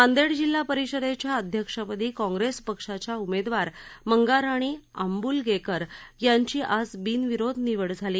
नांदेड जिल्हा परिषदेच्या अध्यक्षपदी काँग्रेस पक्षाच्या उमेदवार मंगाराणी आंबूलगेकर यांची आज बिनविरोध निवड झाली